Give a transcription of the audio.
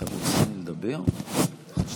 אדוני היושב-ראש, חברי